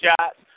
shots